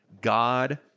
God